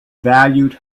valued